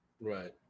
right